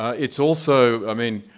it's also, i mean,